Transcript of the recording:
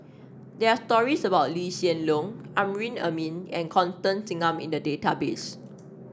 there are stories about Lee Hsien Loong Amrin Amin and Constance Singam in the database